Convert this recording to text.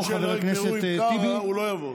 עד שלא יגמרו עם קארה הוא לא יסיים.